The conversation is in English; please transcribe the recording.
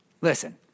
Listen